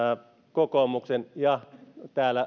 kokoomuksen ja täällä